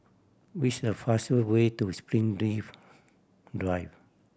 which is the faster way to Springleaf Drive